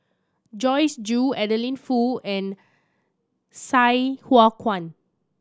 Joyce Jue Adeline Foo and Sai Hua Kuan